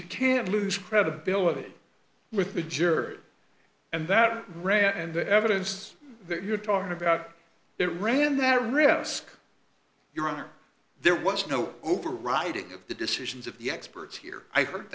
you can lose credibility with the jury and that is rare and the evidence that you're talking about it ran that risk your honor there was no overriding the decisions of the experts here i heard